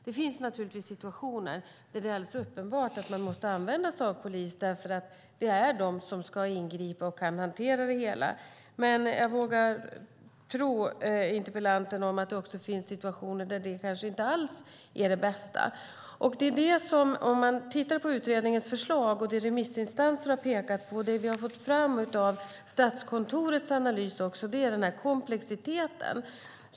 Det finns situationer där det är alldeles uppenbart att man måste använda sig av polis. Det är de som kan och ska ingripa och kan hantera det hela. Men jag vågar tro interpellanten att det också finns situationer där det kanske inte alls är det bästa. Om man tittar på utredningens förslag, det remissinstanser pekar på och det vi också fått fram av Statskontorets analys handlar det om komplexiteten.